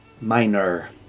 minor